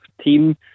team